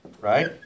right